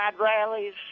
rallies